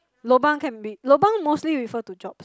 lobang can be lobang mostly refer to jobs